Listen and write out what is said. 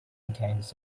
against